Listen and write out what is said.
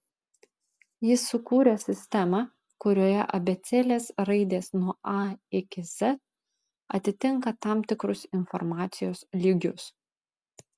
jis sukūrė sistemą kurioje abėcėlės raidės nuo a iki z atitinka tam tikrus informacijos lygius